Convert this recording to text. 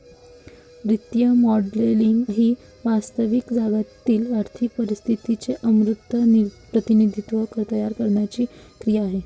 वित्तीय मॉडेलिंग ही वास्तविक जगातील आर्थिक परिस्थितीचे अमूर्त प्रतिनिधित्व तयार करण्याची क्रिया आहे